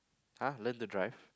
uh learn to drive